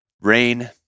rain